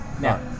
Now